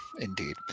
indeed